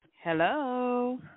Hello